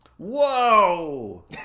Whoa